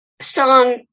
song